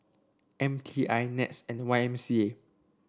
M T I NETS and Y M C A